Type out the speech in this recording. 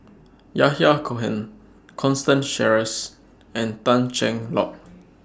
Yahya Cohen Constance Sheares and Tan Cheng Lock